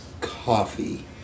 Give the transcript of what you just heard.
coffee